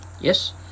Yes